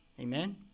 Amen